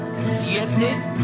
Siete